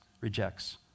rejects